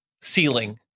ceiling